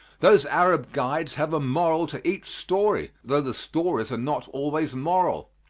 those arab guides have a moral to each story, though the stories are not always moral.